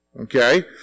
Okay